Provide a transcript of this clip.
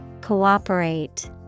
Cooperate